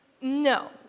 No